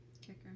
Kicker